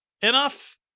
enough